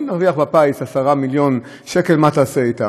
אם תרוויח בפיס 10 מיליון שקל, מה תעשה איתם?